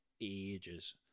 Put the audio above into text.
ages